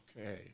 Okay